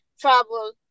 travel